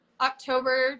October